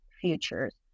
Futures